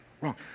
wrong